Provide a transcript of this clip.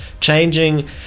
changing